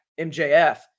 MJF